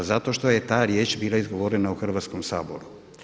Zato što je ta riječ bila izgovorena u Hrvatskom saboru.